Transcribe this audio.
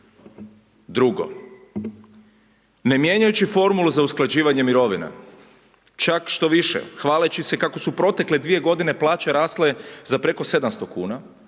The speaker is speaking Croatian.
Drugo, ne mijenjajući formulu za usklađivanje mirovina, čak što više hvaleći se kako su protekle dvije godine plaće rasle za preko 700 kuna,